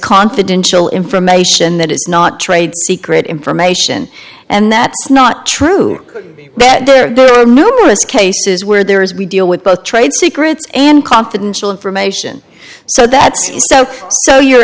confidential information that is not trade secret information and that's not true that there are numerous cases where there is we deal with both trade secrets and confidence to information so that so so your